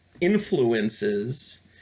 influences